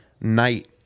night